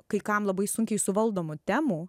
kai kam labai sunkiai suvaldomų temų